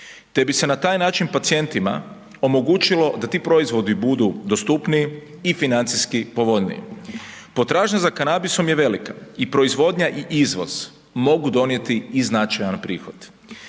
te bi se na taj način pacijentima omogućilo da ti proizvodi budu dostupniji i financijski povoljniji. Potražnja za kanabisom je velika i proizvodnja i izvoz mogu donijeti i značajan prihod.